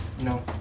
No